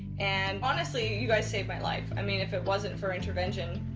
and honestly, you guys saved my life. i mean, if it wasn't for intervention,